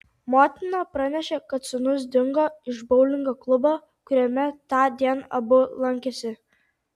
motina pranešė kad sūnus dingo iš boulingo klubo kuriame tądien abu lankėsi